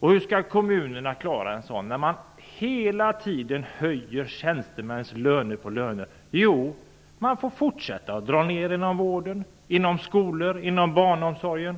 Hur skall kommunen klara sådant här när man hela tiden gång på gång höjer tjänstemännens löner? Jo, man får fortsätta med neddragningar inom vård, skolor och barnomsorg.